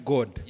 God